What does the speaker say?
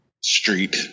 street